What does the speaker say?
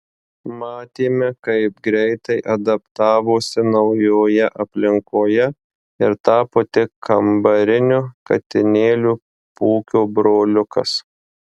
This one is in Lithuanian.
matėme kaip greitai adaptavosi naujoje aplinkoje ir tapo tik kambariniu katinėliu pūkio broliukas